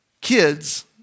kids